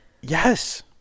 Yes